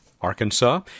Arkansas